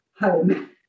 home